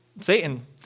Satan